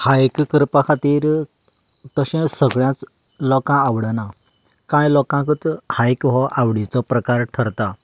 हायक करपा खातीर तशें सगल्यांच लोकांक आवडना कांय लोकांक हायक हो आवडीचो प्रकार ठरता